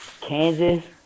Kansas